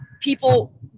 people